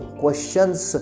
questions